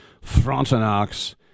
Frontenacs